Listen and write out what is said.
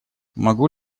могу